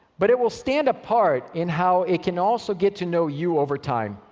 but it will stand apart in how it can also get to know you over time.